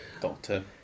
Doctor